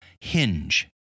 hinge